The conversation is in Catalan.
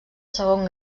segon